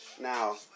Now